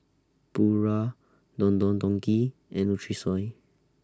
Pura Don Don Donki and Nutrisoy